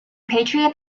patriot